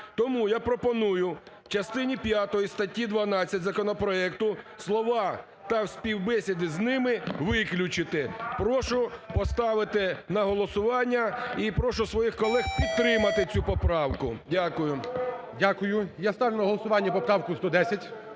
Тому я пропоную в частині п'ятій статті 12 законопроекту слова "та співбесіди з ними" виключити. Прошу поставити на голосування і прошу своїх колег підтримати цю поправку. Дякую. ГОЛОВУЮЧИЙ. Дякую. Я ставлю на голосування поправку 110.